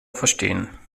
verstehen